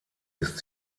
ist